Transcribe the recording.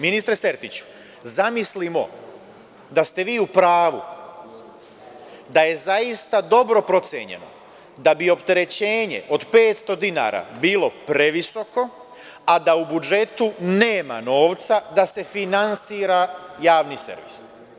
Ministre Sertiću, zamislimo da ste vi u pravu da je zaista dobro procenjeno da bi opterećenje od 500 dinara bilo previsoko, a da u budžetu nema novca da se finansira Javni servis.